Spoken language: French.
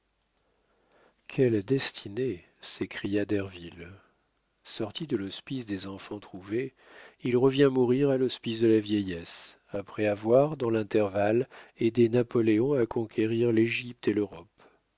quelle destinée s'écria derville sorti de l'hospice des enfants trouvés il revient mourir à l'hospice de la vieillesse après avoir dans l'intervalle aidé napoléon à conquérir l'égypte et l'europe